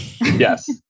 Yes